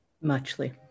muchly